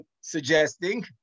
suggesting